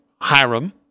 Hiram